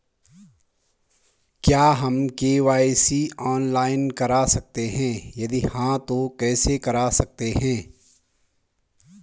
क्या हम KYC online करा सकते हैं यदि हाँ तो कैसे करा सकते हैं?